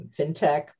fintech